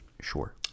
Sure